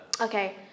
Okay